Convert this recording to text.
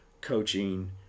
coaching